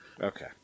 Okay